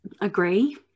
agree